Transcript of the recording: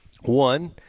one